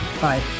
Bye